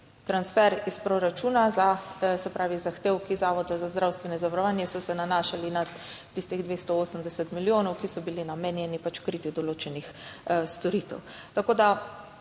transfer iz proračuna za, se pravi zahtevki Zavoda za zdravstveno zavarovanje so se nanašali na tistih 280 milijonov, ki so bili namenjeni kritju določenih storitev. Tako da